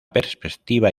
perspectiva